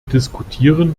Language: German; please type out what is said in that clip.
diskutieren